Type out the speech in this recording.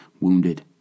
wounded